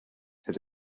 het